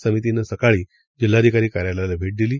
समितीनंसकाळीजिल्हाधिकारीकार्यालयालाभेटदिली